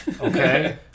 okay